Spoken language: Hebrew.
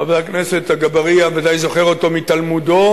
חבר הכנסת אגבאריה ודאי זוכר אותו מתלמודו,